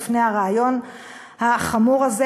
בפני הרעיון החמור הזה,